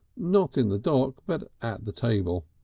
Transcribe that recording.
not in the dock, but at the table.